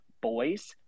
boys